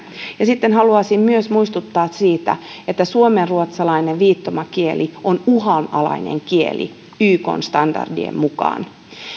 ja sitten haluaisin myös muistuttaa siitä että suomenruotsalainen viittomakieli on uhan alainen kieli ykn standardien mukaan